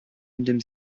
indem